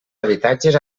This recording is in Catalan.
habitatges